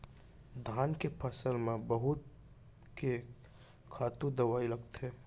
धान के फसल म बहुत के खातू दवई लगथे